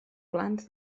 plans